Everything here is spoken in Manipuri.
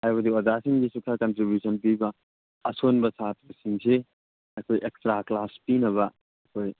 ꯍꯥꯏꯕꯗꯤ ꯑꯣꯖꯥꯁꯤꯡꯒꯤꯁꯨ ꯈꯔꯥ ꯀꯟꯇ꯭ꯔꯤꯕꯤꯎꯁꯟ ꯄꯤꯕ ꯑꯁꯣꯟꯕ ꯁꯥꯇ꯭ꯔꯁꯤꯡꯁꯤ ꯑꯩꯈꯣꯏ ꯑꯦꯛꯁꯇ꯭ꯔꯥ ꯀ꯭ꯂꯥꯁ ꯄꯤꯅꯕ ꯑꯩꯈꯣꯏ